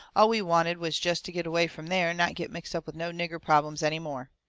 all we wanted was jest to get away from there and not get mixed up with no nigger problems any more.